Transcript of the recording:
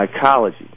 psychology